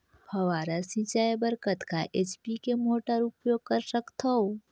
फव्वारा सिंचाई बर कतका एच.पी के मोटर उपयोग कर सकथव?